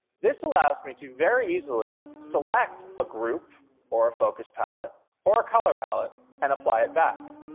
this allows me to very easily select a group or a focus palette, or a color palette and apply it back.